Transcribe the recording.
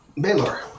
Baylor